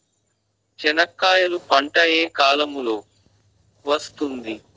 చెనక్కాయలు పంట ఏ కాలము లో వస్తుంది